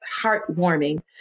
heartwarming